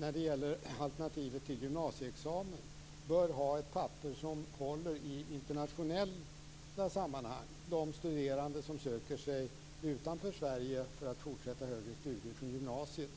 När det gäller alternativet till gymnasieexamen bör det finnas ett papper som håller i internationella sammanhang. De studerande som söker sig utanför Sverige för att fortsätta med högre studier efter gymnasiet